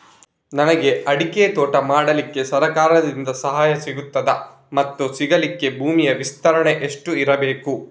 ನನಗೆ ಅಡಿಕೆ ತೋಟ ಮಾಡಲಿಕ್ಕೆ ಸರಕಾರದಿಂದ ಸಹಾಯ ಸಿಗುತ್ತದಾ ಮತ್ತು ಸಿಗಲಿಕ್ಕೆ ಭೂಮಿಯ ವಿಸ್ತೀರ್ಣ ಎಷ್ಟು ಇರಬೇಕು?